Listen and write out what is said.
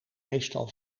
meestal